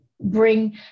bring